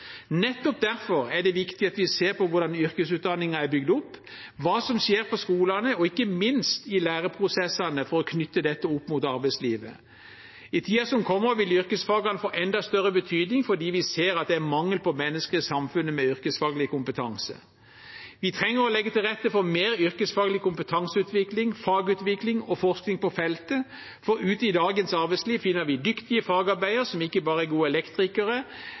Nettopp derfor er det viktig at vi ser på hvordan yrkesutdanningen er bygd opp, og på hva som skjer på skolene og ikke minst i læreprosessene, for å knytte dette opp mot arbeidslivet. I tiden som kommer, vil yrkesfagene få enda større betydning fordi vi ser at det er mangel på mennesker med yrkesfaglig kompetanse i samfunnet. Vi trenger å legge til rette for mer yrkesfaglig kompetanseutvikling, fagutvikling og forskning på feltet, for ute i dagens arbeidsliv finner vi dyktige fagarbeidere som ikke bare er gode elektrikere,